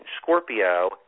Scorpio